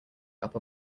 upper